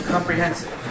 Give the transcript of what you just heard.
Comprehensive